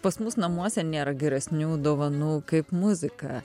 pas mus namuose nėra geresnių dovanų kaip muzika